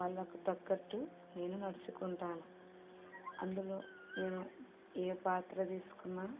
వాళ్ళకు తగ్గట్టు నేను నడుచుకుంటాను అందులో నేను ఏ పాత్ర తీసుకున్న